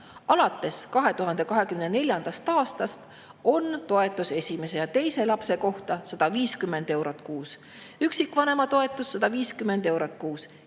Alates 2024. aastast on toetus esimese ja teise lapse kohta 150 eurot kuus, üksikvanema toetus 150 eurot kuus.